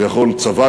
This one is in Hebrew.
צבא,